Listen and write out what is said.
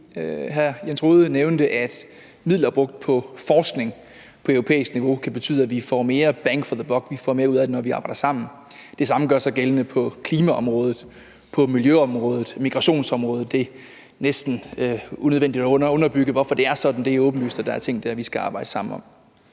i. Hr. Jens Rohde nævnte, at midler brugt på forskning på europæisk niveau kan betyde, at vi får mere bang for the buck – at vi får mere ud af det, når vi arbejder sammen. Det samme gør sig gældende på klimaområdet, på miljøområdet og på migrationsområdet. Det er næsten unødvendigt at underbygge, hvorfor det er sådan. Det er åbenlyst, at der er ting dér, vi skal arbejde sammen om,